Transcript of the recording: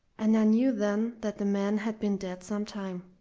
and i knew then that the man had been dead some time.